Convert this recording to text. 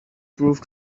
prove